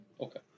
Okay